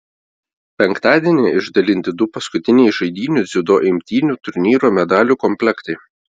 penktadienį išdalinti du paskutiniai žaidynių dziudo imtynių turnyro medalių komplektai